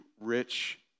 rich